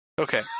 Okay